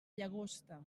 llagosta